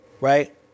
Right